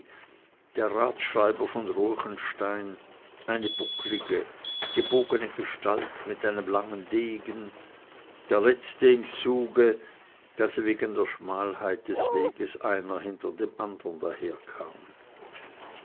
der ratsschreiber von ruechenstein eine buckelige gebogene gestalt mit einem langen degen der letzte im zuge da sie wegen der schmalheit des weges einer hinter dem andern daherkamen